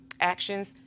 actions